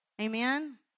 Amen